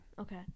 Okay